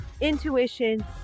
intuition